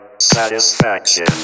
satisfaction